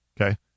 okay